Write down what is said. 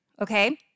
okay